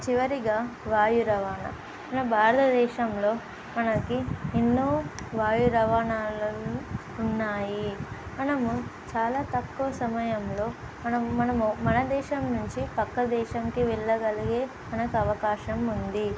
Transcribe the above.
చివరిగా వాయు రవాణా మన భారతదేశంలో మనకి ఎన్నో వాయు రవాణాలను ఉన్నాయి మనము చాలా తక్కువ సమయంలో మనం మనము మన దేశం నుంచి పక్క దేశంకి వెళ్ళగలిగే మనకు అవకాశం ఉంది